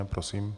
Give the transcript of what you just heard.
Prosím.